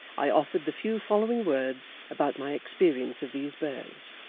i offered the few following words about my experience of these birds.